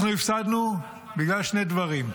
אנחנו הפסדנו בגלל שני דברים: